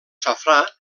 safrà